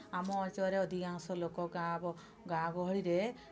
ଆମ ଅଞ୍ଚଳରେ ଅଧିକାଂଶ ଲୋକ ଗାଁ ଗାଁ ଗହଳିରେ